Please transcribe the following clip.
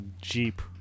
Jeep